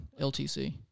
LTC